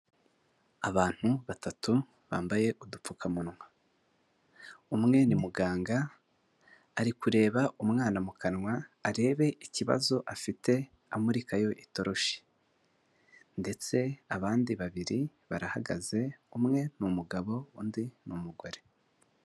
Abantu batatu bambaye udupfukamunwa, umwe ni muganga, ari kureba umwana mu kanwa arebe ikibazo afite amurikayo itoroshi, ndetse abandi babiri barahagaze umwe n'umugabo undi n'umugore.